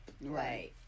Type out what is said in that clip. right